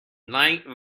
night